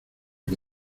que